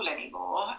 anymore